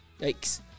Yikes